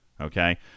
Okay